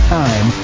time